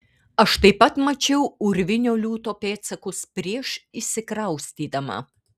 aš taip pat mačiau urvinio liūto pėdsakus prieš įsikraustydama